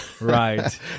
Right